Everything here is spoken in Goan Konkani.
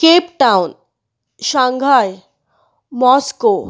cape Town Shanghai Moscow